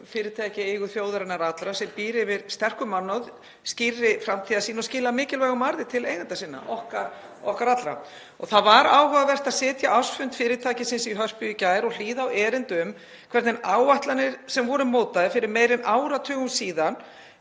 fyrirtæki í eigu þjóðarinnar allrar, sem býr yfir sterkum mannauði, skýrri framtíðarsýn og skilar mikilvægum arði til eigenda sinna, okkar allra. Það var áhugavert að sitja ársfund fyrirtækisins í Hörpu í gær og hlýða á erindi um hvernig áætlanir sem voru mótaðar fyrir áratugum síðan